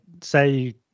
say